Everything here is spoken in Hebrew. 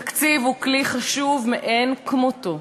התקציב הוא כלי חשוב מאין כמותו,